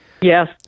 Yes